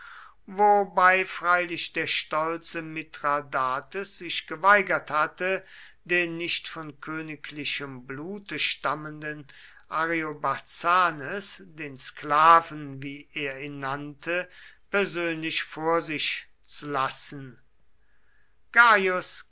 wobei freilich der stolze mithradates sich geweigert hatte den nicht von königlichem blute stammenden ariobarzanes den sklaven wie er ihn nannte persönlich vor sich zu lassen